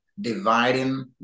Dividing